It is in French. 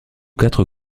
quatre